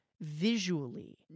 Visually